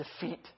defeat